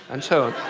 and so on.